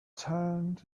turned